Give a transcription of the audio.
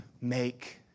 make